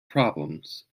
problems